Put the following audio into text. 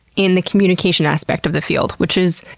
in the communication aspect of the field, which is,